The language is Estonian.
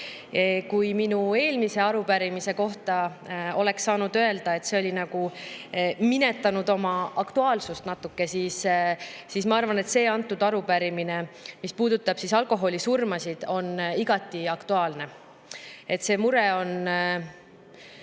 mail. Minu eelmise arupärimise kohta oleks saanud öelda, et see oli oma aktuaalsust natuke minetanud, aga ma arvan, et see arupärimine, mis puudutab alkoholisurmasid, on igati aktuaalne. See mure on